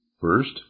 First